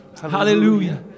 hallelujah